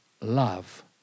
love